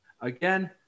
again